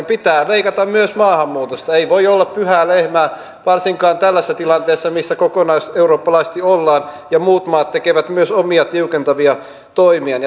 pitää leikata myös maahanmuutosta ei voi olla pyhää lehmää varsinkaan tällaisessa tilanteessa missä kokonaiseurooppalaisesti ollaan ja muut maat tekevät myös omia tiukentavia toimiaan